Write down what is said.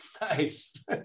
Nice